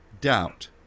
doubt